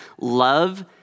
love